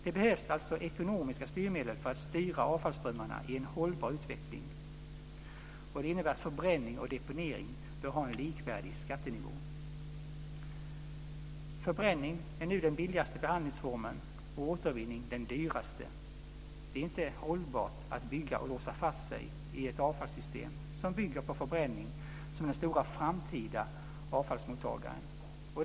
Det behövs alltså ekonomiska styrmedel för att styra avfallsströmmarna i en hållbar utveckling. Det innebär att förbränning och deponering bör ha en likvärdig skattenivå. Förbränning är nu den billigaste behandlingsformen och återvinning den dyraste. Det är inte hållbart att bygga och låsa fast sig i ett avfallssystem som bygger på förbränning som den stora framtida avfallsmottagaren.